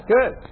Good